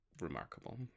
remarkable